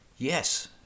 Yes